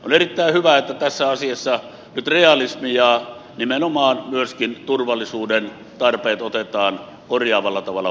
on erittäin hyvä että tässä asiassa nyt realismi ja nimenomaan myöskin turvallisuuden tarpeet otetaan korjaavalla tavalla huomioon